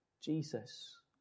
Jesus